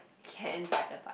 can't ride a bike